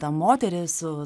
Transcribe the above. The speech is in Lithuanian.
tą moterį su